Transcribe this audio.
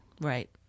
right